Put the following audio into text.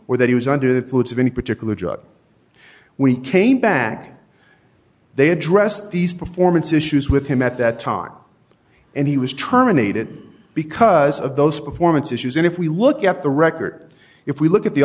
or that he was under the pollutes of any particular drug we came back they addressed these performance issues with him at that time and he was terminated because of those performance issues and if we look at the record if we look at the